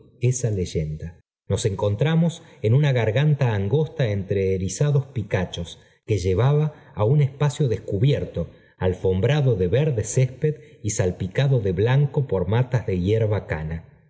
esa leyenda nos encontramos en una garganta angosta entre erizados picachos que llevaba á un espacio descubierto alfombrado de verde césped y salpicado de blanco por matas de hierba cana